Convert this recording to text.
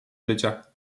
życia